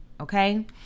Okay